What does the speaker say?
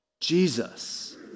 Jesus